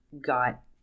got